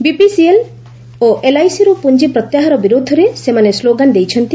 BPCL ଓ ଏଲ୍ଆଇସିରୁ ପୁଞ୍ଜି ପ୍ରତ୍ୟାହାର ବିରୁଦ୍ଧରେ ସେମାନେ ସ୍କୋଗାନ ଦେଇଛନ୍ତି